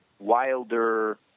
wilder